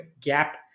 gap